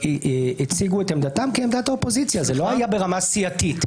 יש נהלים ברורים, זאת לא החלטה שלך.